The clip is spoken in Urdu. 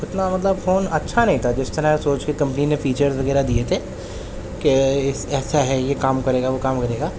اتنا مطلب فون اچھا نہیں تھا جس طرح سوچ کے کمپنی نے فیچرز وغیرہ دیئے تھے کہ ایسا ہے یہ کام کرے گا وہ کام کرے گا